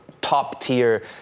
top-tier